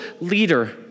leader